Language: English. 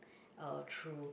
uh through